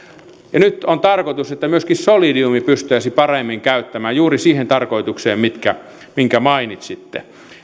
nyt on tarkoitus että myöskin solidiumia pystyttäisiin paremmin käyttämään juuri siihen tarkoitukseen minkä mainitsitte